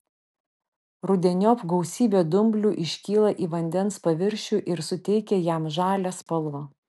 rudeniop gausybė dumblių iškyla į vandens paviršių ir suteikia jam žalią spalvą